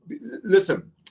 Listen